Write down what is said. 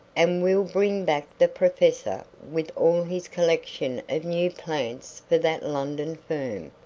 and we'll bring back the professor with all his collection of new plants for that london firm,